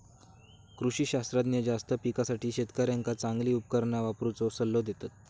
कृषी शास्त्रज्ञ जास्त पिकासाठी शेतकऱ्यांका चांगली उपकरणा वापरुचो सल्लो देतत